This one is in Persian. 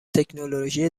تکنولوژی